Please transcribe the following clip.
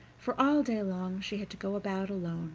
for all day long she had to go about alone